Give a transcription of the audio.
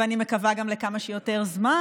ואני מקווה גם שלכמה שיותר זמן.